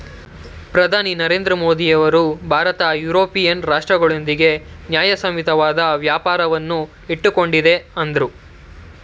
ಪ್ರಧಾನಿ ನರೇಂದ್ರ ಮೋದಿಯವರು ಭಾರತ ಯುರೋಪಿಯನ್ ರಾಷ್ಟ್ರಗಳೊಂದಿಗೆ ನ್ಯಾಯಸಮ್ಮತವಾದ ವ್ಯಾಪಾರವನ್ನು ಇಟ್ಟುಕೊಂಡಿದೆ ಅಂದ್ರು